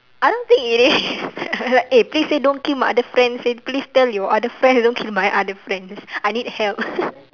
I don't think it is like eh please eh don't kill my friends eh please tell your other friends don't kill my other friends I need help